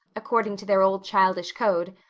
according to their old childish code,